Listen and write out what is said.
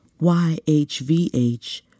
YHVH